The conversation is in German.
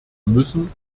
müssen